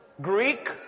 Greek